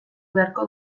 beharko